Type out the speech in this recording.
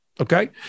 Okay